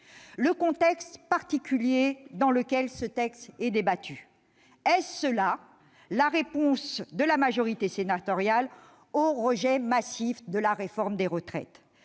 le contexte particulier dans lequel ce texte est débattu. Est-ce là la réponse de la majorité sénatoriale au rejet massif de la réforme des retraites ?